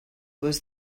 was